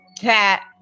cat